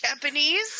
Japanese